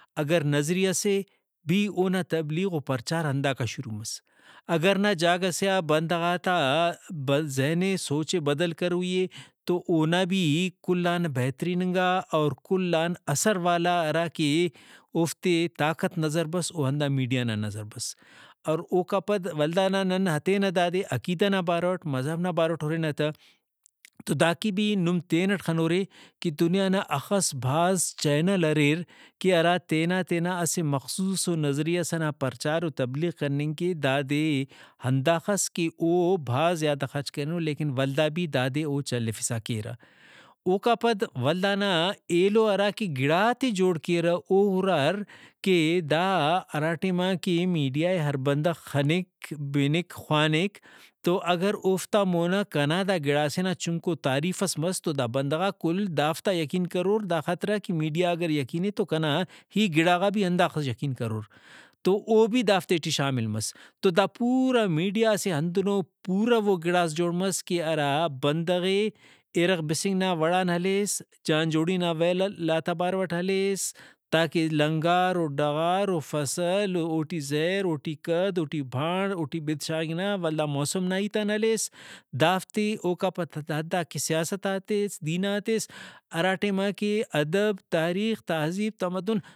اگر نظریہ سے بھی اونا تبلیغ ؤ پرچار ہنداکا شروع مس۔ اگر نہ جاگہ سے آ بندغاتا ذہن ئے سوچے بدل کروئی اے تو اونا بھی کل آن بہترین انگا اور کل آن اثر والا ہراکہ اوفتے طاقت نظر او ہندا میڈیا نا نظر بس۔ اور اوکا پد ولدانا نن ہتینہ دادے عقیدہ نا باروٹ مذہب نا باروٹ ہُرنہ تہ تو دا کہ بھی نم تینٹ خنورے کہ دنیا نا ہخس بھاز چینل اریر کہ ہرا تینا تینا اسہ مخصوصو نظریہ سے نا پرچار ؤ تبلیغ کننگ کہ دادے ہنداخس کہ او بھاز زیادہ خرچ کرینو لیکن ولدا بھی دادے او چلیفسا کیرہ۔ اوکا پد ولدا نا ایلو ہراکہ گڑا تے جوڑ کیرہ او ہُرار کہ دا ہرا ٹائما کہ میڈیائے ہر بندغ خنک بنک خوانک تو اگر اوفتا مونا کنا دا گڑاسے نا چنکو تعریفس مس تو دا بندغاک کل دافتا یقین کرور دا خاطرا کہ میڈیا اگر یقینے تو کنا ہی گڑاغا بھی ہنداخس یقین کرور تو او بھی دافتے ٹی شامل مس۔ تو دا پورا میڈیا اسہ ہندنو پورواو گڑاس جوڑ مس کہ ہرا بندغے اِرغ بسنگ نا وڑان ہلیس جان جوڑی نا ویلااتا باروٹ ہلیس تا کہ لنگار ؤ ڈغار ؤ فصل ؤ اوٹی زہر اوٹی کھد اوٹی بھانڑ اوٹی بِج شاغنگ نا ولدا موسم نا ہیتان ہلیس دافتے اوکا پد داتا کہ سیاست آ ہتیس دین آ ہتیس ہرا ٹائما کہ ادب تاریخ تہذیب تمدن